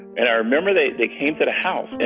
and i remember they they came to the house.